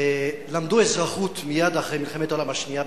בצרפת למדו אזרחות מייד אחרי מלחמת העולם השנייה,